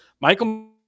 Michael